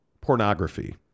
pornography